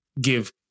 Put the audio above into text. give